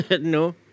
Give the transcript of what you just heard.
No